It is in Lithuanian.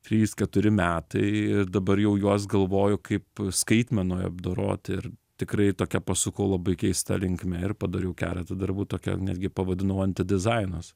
trys keturi metai dabar jau juos galvoju kaip skaitmenoj apdoroti ir tikrai tokia pasukau labai keista linkme ir padariau keletą darbų tokią netgi pavadinau anti dizainas